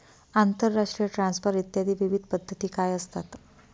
आंतरराष्ट्रीय ट्रान्सफर इत्यादी विविध पद्धती काय असतात?